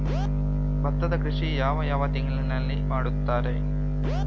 ಭತ್ತದ ಕೃಷಿ ಯಾವ ಯಾವ ತಿಂಗಳಿನಲ್ಲಿ ಮಾಡುತ್ತಾರೆ?